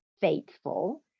faithful